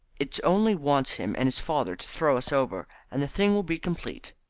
it only wants him and his father to throw us over, and the thing will be complete.